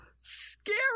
scary